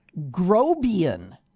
Grobian